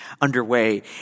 underway